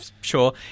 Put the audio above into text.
sure